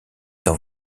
dans